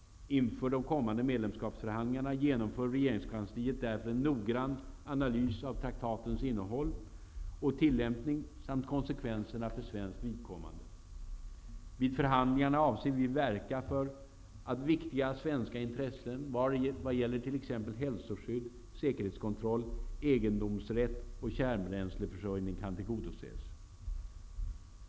Inför de kommande medlemskapsförhandlingarna genomför regeringskansliet därför noggrann analys av traktatens innehåll och tillämpning samt konsekvenserna för svenskt vidkommande. Vid förhandlingarna avser vi verka för att viktiga svenska intressen i vad gäller t.ex. hälsoskydd, säkerhetskontroll, egendomsrätt och kärnbränsleförsörjning kan tillgodoses.